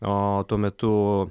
o tuo metu